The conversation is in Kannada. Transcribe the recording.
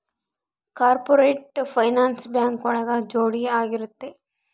ಕಾರ್ಪೊರೇಟ್ ಫೈನಾನ್ಸ್ ಬ್ಯಾಂಕ್ ಒಳಗ ಜೋಡಿ ಆಗಿರುತ್ತೆ